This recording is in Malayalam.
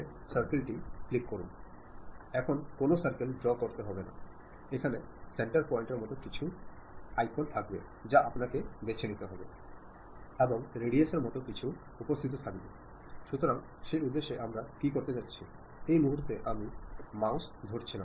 ഉദാഹരണത്തിന് നിങ്ങൾ നല്ലവണ്ണം പഠിക്കാത്ത ഒരാൾക്ക് ഒരു സന്ദേശം എഴുതി അയക്കുകയാണെങ്കിൽ അതും നിങ്ങളുടെ സന്ദേശം വളരെ സങ്കീർണ്ണമായ രീതിയിൽ സംഘടിപ്പിക്കുകയും ചെയ്തിട്ടുണ്ടെങ്കിൽ അയച്ച സന്ദേശങ്ങൾ ശരിയായി വ്യാഖ്യാനിക്കപ്പെടണമെന്നില്ല